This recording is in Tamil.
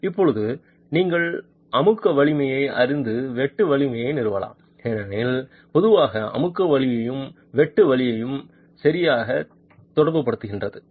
இப்போது நீங்கள் அமுக்க வலிமையை அறிந்து வெட்டு வலிமையை நிறுவலாம் ஏனெனில் பொதுவாக அமுக்க வலிமையும் வெட்டு வலிமையும் சரி தொடர்புபடுத்தப்படுகின்றன